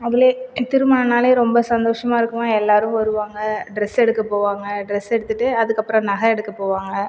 அதுலே திருமணம்னாலே ரொம்ப சந்தோஷமாக இருக்குமாம் எல்லாரும் வருவாங்கள் ட்ரெஸ் எடுக்க போவாங்கள் ட்ரெஸ் எடுத்துட்டு அதுக்கப்புறோ நகை எடுக்க போவாங்கள்